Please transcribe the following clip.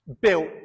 built